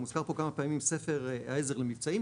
הוזכר פה כמה פעמים ספר העזר למבצעים.